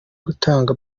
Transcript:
gutanga